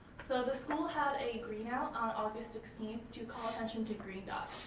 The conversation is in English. so the school had a green-out on august sixteenth to call attention to green dot.